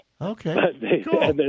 Okay